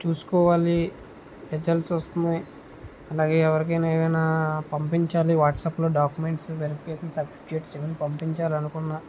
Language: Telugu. చూసుకోవాలి రిజల్ట్స్ వస్తున్నాయి అలాగే ఎవరికైనా ఏవైనా పంపించాలి వాట్సప్ లో డాక్యుమెంట్స్ వెరిఫికేషన్ సర్టిఫికెట్స్ ఇవన్నీ పంపించాలనుకున్న